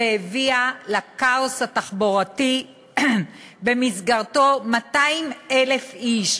והביאה לכאוס התחבורתי שבמסגרתו 200,000 איש,